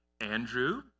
Andrew